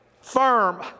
firm